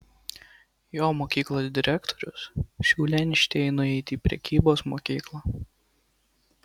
jo mokyklos direktorius siūlė einšteinui eiti į prekybos mokyklą